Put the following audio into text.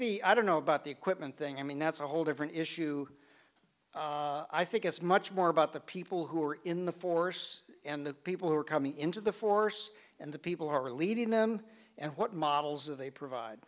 the i don't know about the equipment thing i mean that's a whole different issue i think it's much more about the people who are in the force and the people who are coming into the force and the people who are leading them and what models are they provide